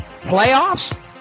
Playoffs